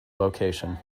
location